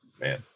man